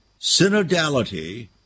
synodality